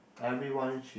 everyone she